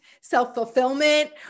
self-fulfillment